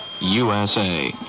USA